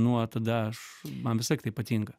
nuo tada aš man visąlaik tai patinka